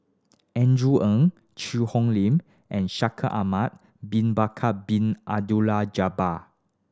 Andrew Ang Cheang Hong Lim and Shaikh Ahmad Bin Bakar Bin Abdullah Jabbar